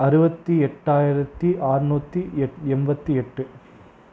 அறுபத்தி எட்டாயிரத்தி ஆறநூத்தி எண்பத்தி எட்டு